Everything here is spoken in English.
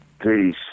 Peace